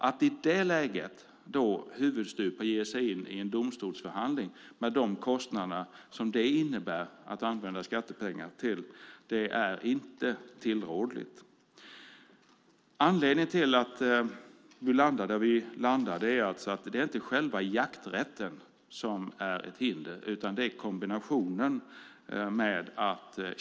Att i det läget huvudstupa ge sig in i en domstolsförhandling med de kostnader som det innebär med tanke på vad skattepengarna används till är inte tillrådligt. Anledningen till att vi landat där vi landat är alltså att det inte är själva jakträtten som är ett hinder. I stället gäller det kombinationen här.